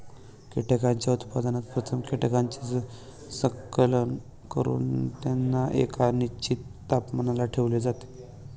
कीटकांच्या उत्पादनात प्रथम कीटकांचे संकलन करून त्यांना एका निश्चित तापमानाला ठेवले जाते